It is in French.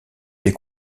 des